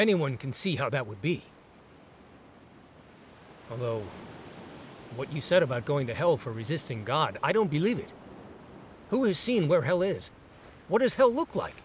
anyone can see how that would be although what you said about going to hell for resisting god i don't believe it who is seen where hell is what is hell look like